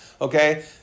Okay